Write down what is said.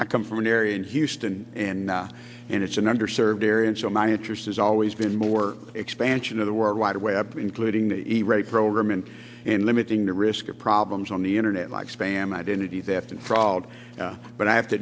i come from an area in houston and in its and under served area and so my interest has always been more expansion of the world wide web including the rate program and in limiting the risk of problems on the internet like spam identity theft and fraud but i have to